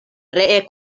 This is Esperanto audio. ree